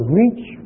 reach